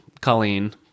Colleen